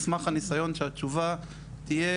על סמך הניסיון שהתשובה תהיה,